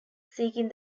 seeking